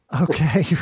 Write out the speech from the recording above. Okay